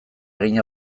egin